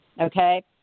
okay